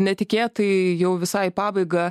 netikėtai jau visai į pabaiga